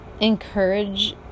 encourage